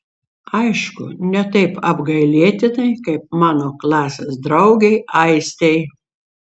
aišku ne taip apgailėtinai kaip mano klasės draugei aistei